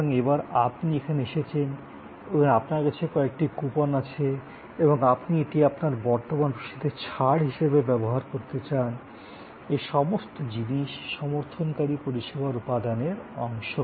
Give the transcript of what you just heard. সুতরাং এবার আপনি এখানে এসেছেন এবং আপনার কাছে কয়েকটি কুপন আছে এবং আপনি এটি আপনার বর্তমান রসিদে ছাড় হিসাবে ব্যবহার করতে চান এই সমস্ত জিনিস সমর্থনকারী পরিষেবার উপাদানের অংশ